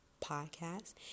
podcast